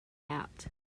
out